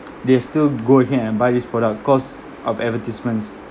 they still go ahead and buy this product cause of advertisements